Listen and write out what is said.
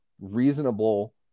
reasonable